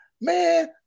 man